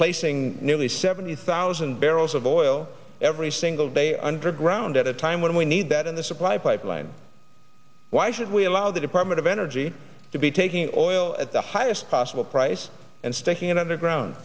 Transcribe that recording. placing nearly seventy thousand barrels of oil every single day underground at a time when we need that in the supply pipeline why should we allow the department of energy to be taking all at the highest possible price and sticking it underground